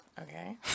okay